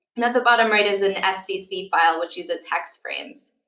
and at the bottom right is an scc file, which uses hex frames.